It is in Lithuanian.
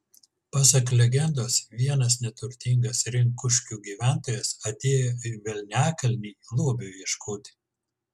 pasak legendos vienas neturtingas rinkuškių gyventojas atėjo į velniakalnį lobio ieškoti